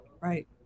Right